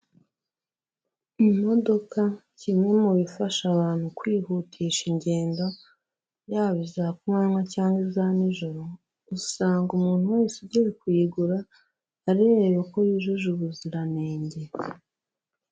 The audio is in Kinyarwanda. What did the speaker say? Imodoka kimwe mu bifasha abantu kwihutisha ingendo, yaba iza kunywa cyangwa iza nijoro, usanga umuntu wese ugiye kuyigura ayireba ko yujuje ubuziranenge.